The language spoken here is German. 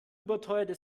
überteuerte